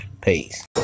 Peace